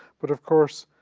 but of course